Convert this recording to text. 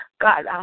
God